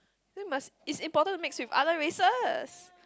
then must it's important to mix with other races